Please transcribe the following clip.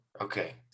Okay